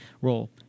role